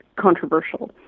controversial